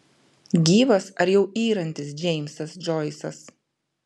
gyvas ar jau yrantis džeimsas džoisas